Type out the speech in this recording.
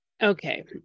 Okay